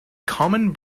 common